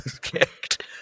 kicked